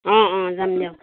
অ অ যাম দিয়ক